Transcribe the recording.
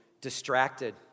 distracted